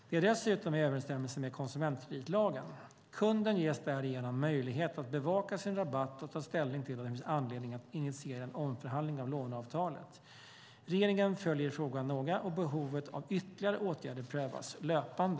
Det är dessutom i överensstämmelse med konsumentkreditlagen. Kunden ges därigenom möjlighet att bevaka sin rabatt och ta ställning till om det finns anledning att initiera en omförhandling av låneavtalet. Regeringen följer frågan noga och behovet av ytterligare åtgärder prövas löpande.